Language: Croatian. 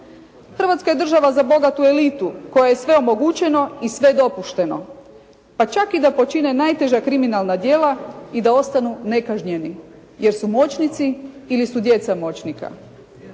Hrvatska je država za bogatu elitu kojoj je sve omogućeno i sve dopušteno, pa čak i da počine najteža kriminalna djela i da ostanu nekažnjeni, jer su moćnici ili su djeca moćnika.